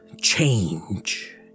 change